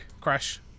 Crash